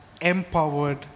empowered